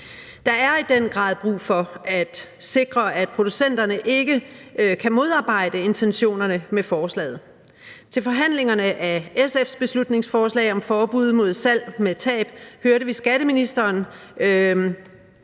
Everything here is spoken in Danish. Der er i den grad brug for at sikre, at producenterne ikke kan modarbejde intentionerne med forslaget. Til forhandlingerne af SF's beslutningsforslag om forbud mod salg med tab hørte vi skatteministeren